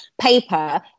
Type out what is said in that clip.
paper